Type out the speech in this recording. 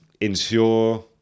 ensure